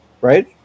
right